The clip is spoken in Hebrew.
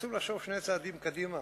צריך לחשוב שני צעדים קדימה,